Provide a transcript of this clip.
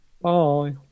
Bye